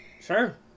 Sure